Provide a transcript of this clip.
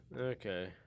Okay